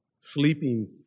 Sleeping